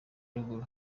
ruguru